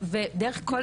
ודרך כל